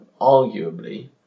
arguably